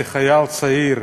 כשחייל צעיר,